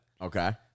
Okay